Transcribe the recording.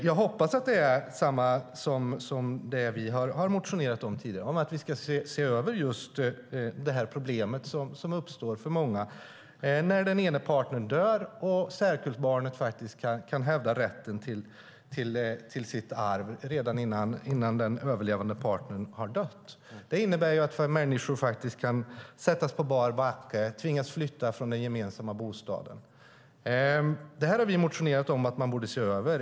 Jag hoppas att det är detsamma som vi har motionerat om tidigare, att vi ska se över just det problem som uppstår för många när den ena partnern dör och särkullbarnet faktiskt kan hävda rätten till sitt arv redan innan den överlevande partnern har dött. Det innebär faktiskt att människor kan sättas på bar backe, tvingas flytta från den gemensamma bostaden. Vi har väckt motioner om att frågan borde ses över.